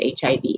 HIV